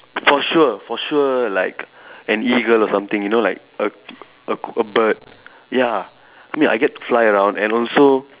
for sure for sure like an eagle or something you know like a a k a bird ya I mean I get to fly around and also